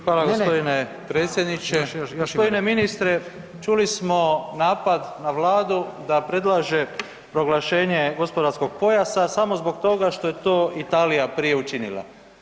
Hvala g. predsjedniče. g. Ministre, čuli smo napad na vladu da predlaže proglašenje gospodarskog pojasa samo zbog toga što je to Italija prije učinila.